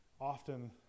often